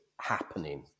happening